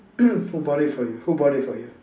who bought it for you who bought it for you